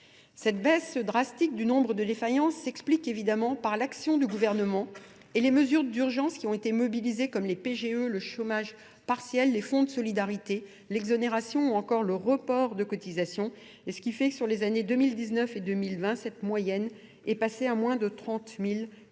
Cette baisse drastique du nombre de défaillances s'explique évidemment par l'action du gouvernement et les mesures d'urgence qui ont été mobilisées comme les PGE, le chômage partiel, les fonds de solidarité, l'exonération ou encore le report de cotisation, et ce qui fait que sur les années 2019 et 2020, cette moyenne est passée à moins de 30 000, soit une